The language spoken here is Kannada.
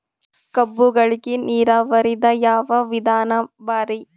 ಕಬ್ಬುಗಳಿಗಿ ನೀರಾವರಿದ ಯಾವ ವಿಧಾನ ಭಾರಿ?